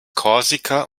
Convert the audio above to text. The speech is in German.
korsika